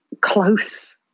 close